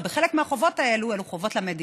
וחלק מהחובות האלו הם חובות למדינה.